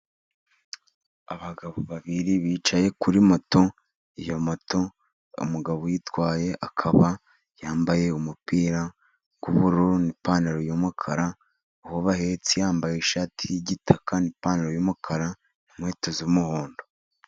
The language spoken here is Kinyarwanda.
Abagabo babiri bicaye kuri moto. Iyo moto umugabo uyitwaye akaba yambaye umupira w'ubururu n'ipantaro y'umukara, uwo bahetse yambaye ishati y'igitaka n'ipantaro y'umukara n'inkweto z'umuhondo.